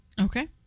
Okay